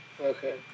Okay